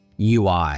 UI